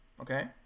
okay